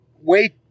wait